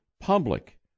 public